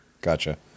gotcha